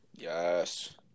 Yes